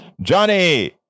Johnny